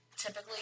typically